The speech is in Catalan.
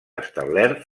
establert